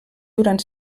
durant